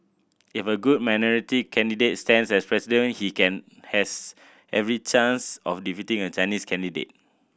if a good minority candidate stands as President he can has every chance of defeating a Chinese candidate